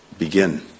begin